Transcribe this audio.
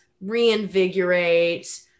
reinvigorate